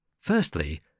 Firstly